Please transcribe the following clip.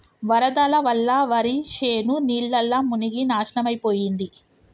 వరదల వల్ల వరిశేను నీళ్లల్ల మునిగి నాశనమైపోయింది